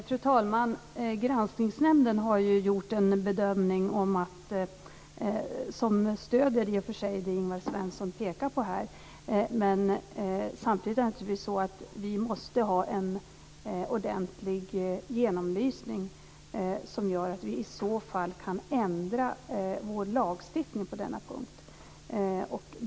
Fru talman! Granskningsnämnden har gjort en bedömning, som i och för sig stöder det som Ingvar Svensson pekar på, men samtidigt måste vi naturligtvis ha en ordentlig genomlysning som gör att vi i så fall kan ändra vår lagstiftning på denna punkt.